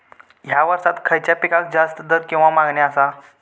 हया वर्सात खइच्या पिकाक जास्त दर किंवा मागणी आसा?